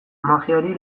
magiari